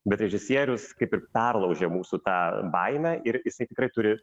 bet režisierius kaip ir perlaužė mūsų tą baimę ir jisai tikrai turi